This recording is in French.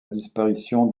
disparition